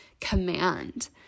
command